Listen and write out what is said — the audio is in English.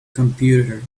computer